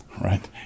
right